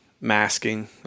masking